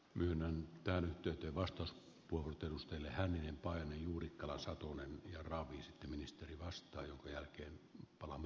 myönnän että tyttö vastaa puhuttelustani hänen paini juurikkala sattuneen ja muodossa kuin se olisi mahdollista